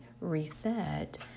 reset